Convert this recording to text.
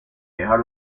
dejar